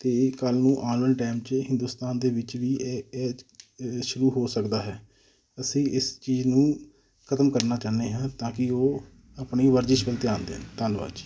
ਅਤੇ ਕੱਲ੍ਹ ਨੂੰ ਆਉਣ ਵਾਲੇ ਟਾਈਮ 'ਚ ਹਿੰਦੁਸਤਾਨ ਦੇ ਵਿੱਚ ਵੀ ਇਹ ਇਹ ਅ ਸ਼ੁਰੂ ਹੋ ਸਕਦਾ ਹੈ ਅਸੀਂ ਇਸ ਚੀਜ਼ ਨੂੰ ਖ਼ਤਮ ਕਰਨਾ ਚਾਹੁੰਦੇ ਹਾਂ ਤਾਂ ਕਿ ਉਹ ਆਪਣੀ ਵਰਜਿਸ਼ ਵੱਲ ਧਿਆਨ ਦੇਣ ਧੰਨਵਾਦ ਜੀ